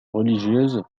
religieuses